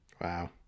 Wow